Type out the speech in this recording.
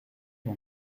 mon